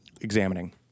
examining